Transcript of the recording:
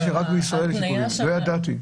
חשבתי שרק בישראל יש עיכובים, לא ידעתי.